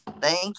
Thank